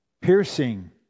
piercing